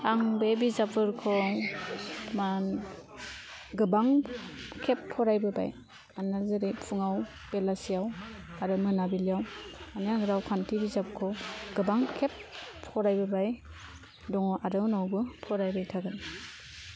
आं बे बिजाबफोरखौ मान गोबां खेब फरायबोबाय मानोना जेरै फुङाव बेलासेयाव आरो मोनाबिलियाव माने आङो रावखान्थि बिजाबखौ गोबां खेब फरायबोबाय दङ आरो उनावबो फरायबाय थागोन